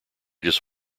just